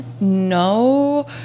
No